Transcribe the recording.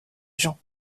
gens